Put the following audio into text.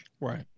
right